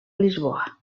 lisboa